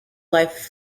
life